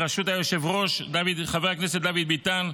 בראשות היושב-ראש חבר הכנסת דוד ביטן,